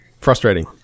Frustrating